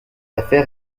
affaire